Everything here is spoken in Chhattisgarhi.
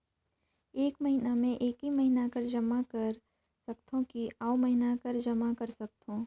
एक महीना मे एकई महीना कर जमा कर सकथव कि अउ महीना कर जमा कर सकथव?